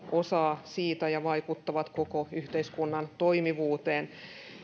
osaa siitä ja vaikuttavat koko yhteiskunnan toimivuuteen